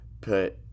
put